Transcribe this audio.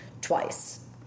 twice